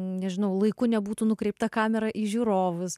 nežinau laiku nebūtų nukreipta kamera į žiūrovus